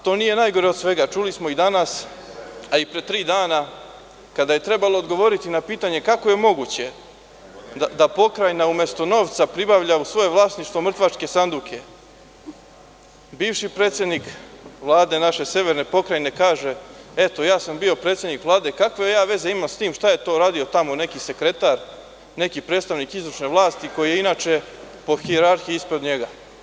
To nije najgore od svega, čuli smo i danas, a i pre tri dana kada je trebalo odgovoriti na pitanje – kako je moguće da Pokrajina umesto novca pribavlja u svoje vlasništvo mrtvačke sanduke, bivši predsednik Vlade naše severne Pokrajine kaže – ja sam bio predsednik Vlade, kakve ja veze imam sa tim šta je uradio tamo neki sekretar, neki predstavnik izvršne vlasti, koji je inače po hijerarhiji ispod njega.